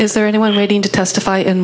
is there anyone waiting to testify in